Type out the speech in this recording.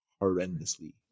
horrendously